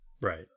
Right